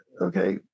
Okay